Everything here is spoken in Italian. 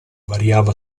variava